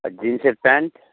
আর জিন্সের প্যান্ট